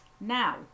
now